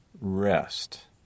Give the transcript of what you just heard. rest